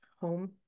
home